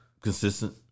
consistent